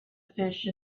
fish